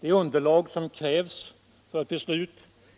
Det underlag som krävs för ett beslut